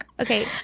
Okay